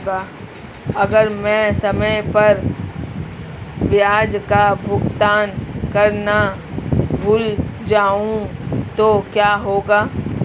अगर मैं समय पर ब्याज का भुगतान करना भूल जाऊं तो क्या होगा?